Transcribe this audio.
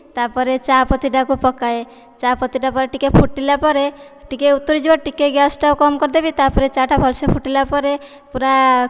ତା'ପରେ ଚା' ପତି ଟାକୁ ପକାଏ ଚା'ପତି ଟା ପରେ ଟିକେ ଫୁଟିଲା ପରେ ଟିକେ ଉତୁରି ଯିବ ଟିକେ ଗ୍ଯାସ ଟାକୁ କମ କରିଦେବି ତାପରେ ଚା' ଟା ଭଲସେ ଫୁଟିଲା ପରେ ପୂରା